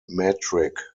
metric